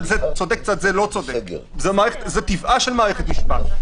לא- -- רציתי לנצל את המעמד של היום לשמוע את כל הדעות.